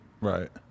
Right